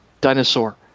dinosaur